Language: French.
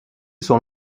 son